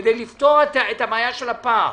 כדי לפתור את הבעיה של הפער.